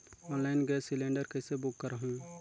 Online gas cylinder कइसे book करहु?